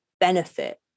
benefit